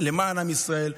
למען עם ישראל,